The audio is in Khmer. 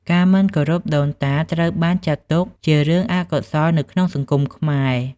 ការមិនគោរពដូនតាត្រូវបានចាត់ទុកជារឿងអកុសលនៅក្នុងសង្គមខ្មែរ។